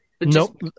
Nope